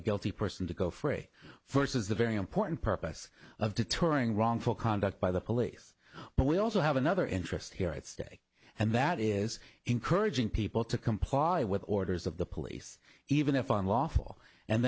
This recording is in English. a guilty person to go free first is the very important purpose of deterring wrongful conduct by the police but we also have another interest here at stake and that is encouraging people to comply with orders of the police even if unlawful and